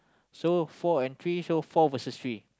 so four and three so four versus three